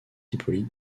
hippolyte